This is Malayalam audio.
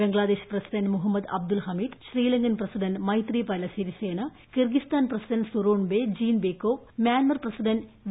Bangladesh president Muhammad Abdul Hamid Sri Lankan president Maithripala Sirisena Kyrgyzstan president Sooronbay Jeenbekov Myanmar president V